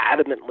adamantly